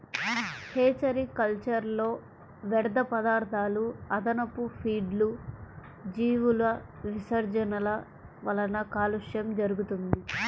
hatchery కల్చర్లో వ్యర్థపదార్థాలు, అదనపు ఫీడ్లు, జీవుల విసర్జనల వలన కాలుష్యం జరుగుతుంది